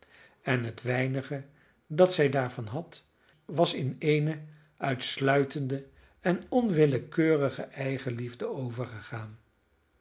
en het weinige dat zij daarvan had was in eene uitsluitende en onwillekeurige eigenliefde overgegaan